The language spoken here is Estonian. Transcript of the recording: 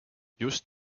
just